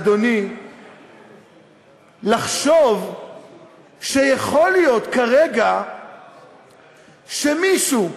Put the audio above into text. אדוני לחשוב שיכול להיות כרגע שמישהו מחניכיך,